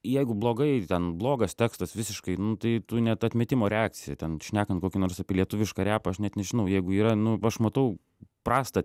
jeigu blogai ten blogas tekstas visiškai nu tai tu net atmetimo reakcija ten šnekant kokį nors apie lietuvišką repą aš net nežinau jeigu yra nu aš matau prastą